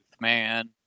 man